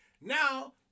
Now